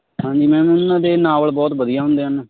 ਹਾਂਜੀ ਮੈਮ ਉਹਨਾਂ ਦੇ ਨਾਵਲ ਬਹੁਤ ਵਧੀਆ ਹੁੰਦੇ ਹਨ